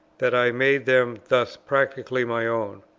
that i made them thus practically my own.